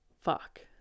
Fuck